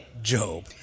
Job